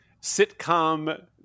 sitcom